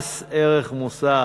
מס ערך מוסף